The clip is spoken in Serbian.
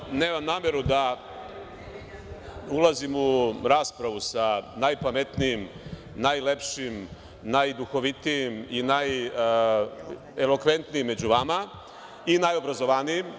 Naravno, nemam nameru da ulazim u raspravu sa najpametnijim, najlepšim, najduhovitijim i najelokventnijim među vama i najobrazovanijim.